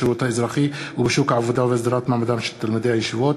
בשירות האזרחי ובשוק העבודה ולהסדרת מעמדם של תלמידי הישיבות.